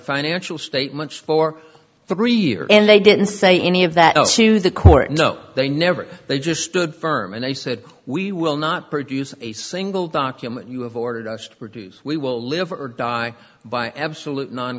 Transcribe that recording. financial statements for three years and they didn't say any of that to the court so they never they just stood firm and they said we will not produce a single document you have ordered us to produce we will live or die by absolute non